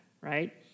right